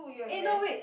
eh no wait